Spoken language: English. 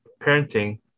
parenting